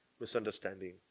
Misunderstanding